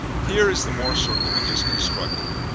here is the mohr circle we just constructed.